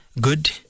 good